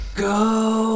Go